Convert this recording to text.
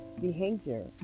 behavior